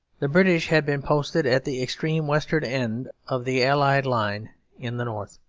the british had been posted at the extreme western end of the allied line in the north.